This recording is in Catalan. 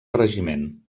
regiment